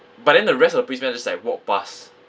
but then the rest of the policemen just like walk pass